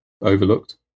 overlooked